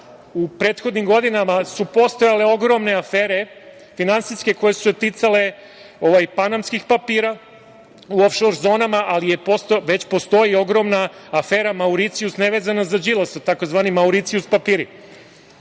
u prethodnim godinama su postojale ogromne finansijske afere koje su se ticale panamskih papira u of šor zonama, ali već postoji ogromna afera „Mauricijus“ nevezano za Đilasa, tzv. „Mauricijus papiri“.